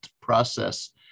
process